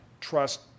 trust